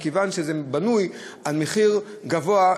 מכיוון שזה בנוי על מחיר גבוה,